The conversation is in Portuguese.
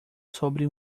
sobre